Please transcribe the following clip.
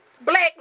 Black